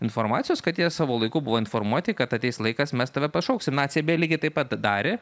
informacijos kad jie savo laiku buvo informuoti kad ateis laikas mes tave pašauksim naciai beje lygiai taip pat darė